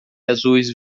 azuis